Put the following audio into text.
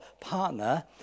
partner